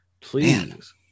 Please